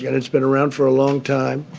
yeah it's been around for a long time.